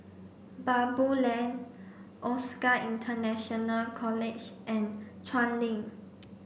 Baboo Lane OSAC International College and Chuan Link